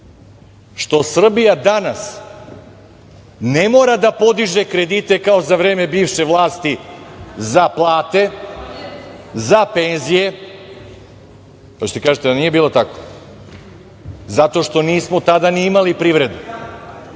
što Srbija danas ne mora da podiže kredite kao za vreme bivše vlasti za plate, za penzije, hoćete da kažete da nije bilo tako, zato što nismo tada ni imali privredu. Očigledno